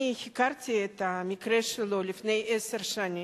אני הכרתי את המקרה שלו לפני עשר שנים.